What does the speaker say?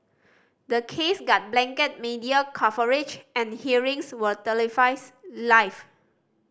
the case got blanket media coverage and hearings were televised live